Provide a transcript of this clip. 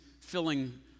filling